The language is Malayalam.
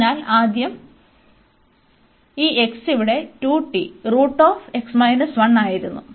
അതിനാൽ ആദ്യം ഈ x ഇവിടെ ആയിരുന്നു